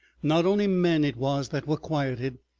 not only men it was that were quieted,